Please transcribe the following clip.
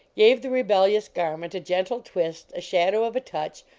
gave the rebellious garment a gentle twist, a shadow of a touch,